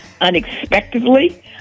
unexpectedly